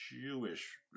Jewish